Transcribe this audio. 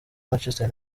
manchester